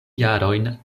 jarojn